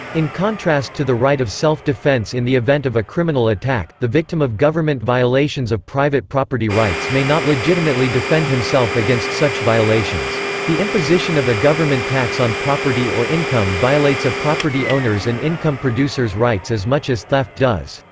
in contrast to the right of self-defense in the event of a criminal attack, the victim of government violations of private property rights may not legitimately defend himself against such violations. the imposition of a government tax on property or income violates a property owner's and income producer's rights as much as theft does.